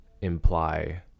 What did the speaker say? imply